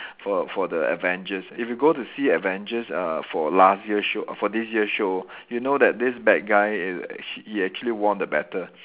for for the Avengers if you go to see Avengers uh for last year show for this year show you know that this bad guy is sh~ he actually won the battle